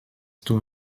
too